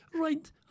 Right